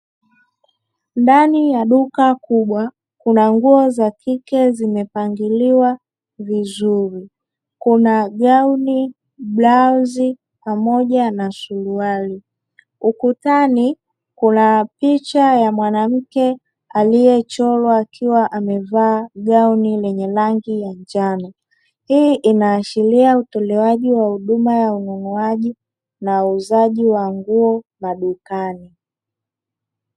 Ndani ya duka kubwa kuna nguo za kike zimepangiliwa vizuri, kuna gauni, blauzi pamoja na suruali. Ukutani kuna picha ya mwanamke aliyechorwa akiwa amevaa gauni lenye rangi ya njano, hii inaashiria utolewaji wa huduma ya ununuaji na uuzaji wa nguo madukani.